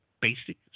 basic